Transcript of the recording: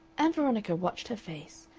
ann veronica watched her face,